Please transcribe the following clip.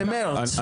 במרץ.